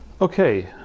Okay